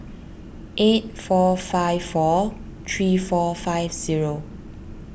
eight four five four three four five zero